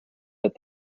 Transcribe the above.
that